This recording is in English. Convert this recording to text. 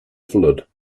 flood